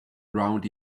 around